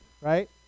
right